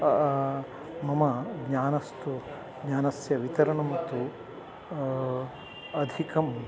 मम ज्ञानस्तु ज्ञानस्य वितरणं तु अधिकं